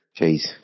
Jeez